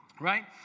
right